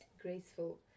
Graceful